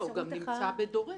הוא גם נמצא ב"דורש".